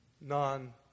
non-